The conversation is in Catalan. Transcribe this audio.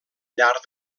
llarg